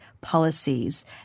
policies